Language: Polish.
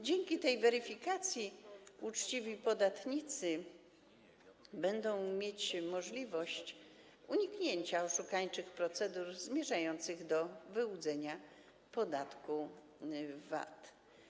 Dzięki tej weryfikacji uczciwi podatnicy będą mieć możliwość uniknięcia oszukańczych procedur zmierzających do wyłudzenia podatku VAT.